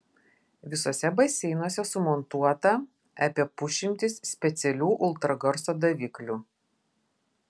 visuose baseinuose sumontuota apie pusšimtis specialių ultragarso daviklių